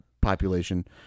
population